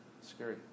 scary